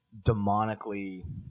demonically